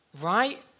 Right